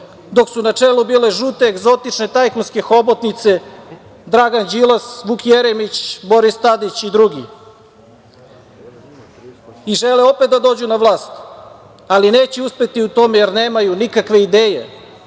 dok su na čelu bile žute egzotične tajkunske hobotnice Dragan Đilas, Vuk Jeremić, Boris Tadić i drugi. I žele opet da dođu na vlast, ali neće uspeti u tome, jer nemaju nikakve ideje,